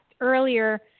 earlier